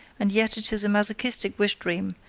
and yet it is a masochistic wish-dream,